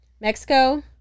Mexico